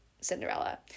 Cinderella